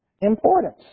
importance